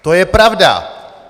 To je pravda!